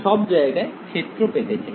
সব জায়গায় ক্ষেত্র পেতে চাই